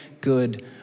good